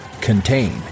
contain